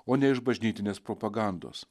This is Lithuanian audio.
o ne iš bažnytinės propagandos